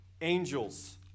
angels